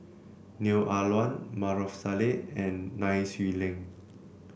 Neo Ah Luan Maarof Salleh and Nai Swee Leng